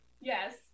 Yes